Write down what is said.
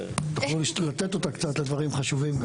תוכלו לתת אותה קצת לדברים חשובים.